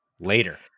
later